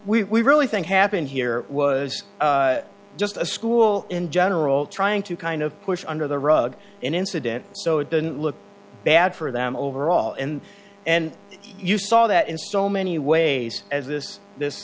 what we really think happened here was just a school in general trying to kind of push under the rug an incident so it didn't look bad for them overall and and you saw that in so many ways as this this